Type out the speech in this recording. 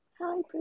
Hi